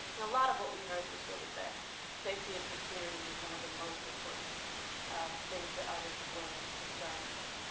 and a lot of what we heard was really that safety and security was one of the most important things that artists were concerned with.